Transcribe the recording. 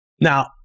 Now